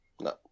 No